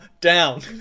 down